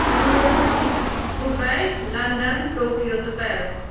room Dubai London Tokyo تہٕ Paris